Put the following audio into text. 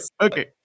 Okay